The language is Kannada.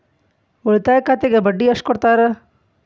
ಉಳಿತಾಯ ಖಾತೆಗೆ ಬಡ್ಡಿ ಎಷ್ಟು ಕೊಡ್ತಾರ?